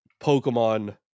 Pokemon